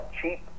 cheap